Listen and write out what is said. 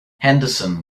henderson